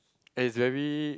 and is very